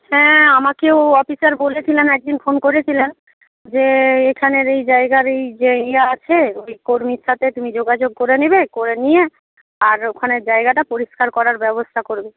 হ্যাঁ আমাকেও অফিসার বলেছিলেন এক দিন ফোন করেছিলেন যে এখানের এই জায়গার এই যে ইয়ে আছে ওই কর্মীর সাথে তুমি যোগাযোগ করে নেবে করে নিয়ে আর ওখানে জায়গাটা পরিষ্কার করার ব্যবস্থা করবে